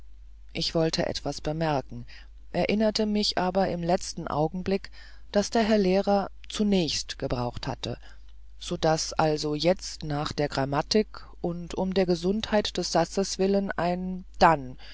ich wollte etwas bemerken erinnerte mich aber im letzten augenblick daß der herr lehrer zunächst gebraucht hatte daß also jetzt nach der grammatik und um der gesundheit des satzes willen ein dann